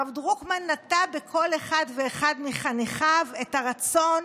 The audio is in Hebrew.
הרב דרוקמן נטע בכל אחד ואחד מחניכיו את הרצון